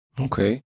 Okay